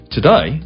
Today